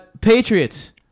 Patriots